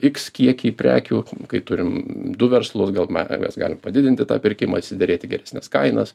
iks kiekį prekių kai turim du verslus gal mepingas gali padidinti tą pirkimą išsiderėti geresnes kainas